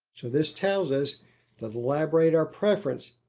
so this tells us that the labradar preference,